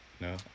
No